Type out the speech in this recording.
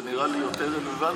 זה נראה לי יותר רלוונטי,